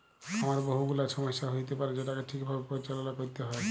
খামারে বহু গুলা ছমস্যা হ্য়য়তে পারে যেটাকে ঠিক ভাবে পরিচাললা ক্যরতে হ্যয়